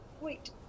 Wait